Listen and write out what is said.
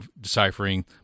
deciphering